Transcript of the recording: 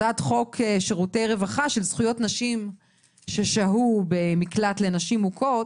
זו הצעת חוק שירותי רווחה של זכויות נשים ששהו במקלט לנשים מוכות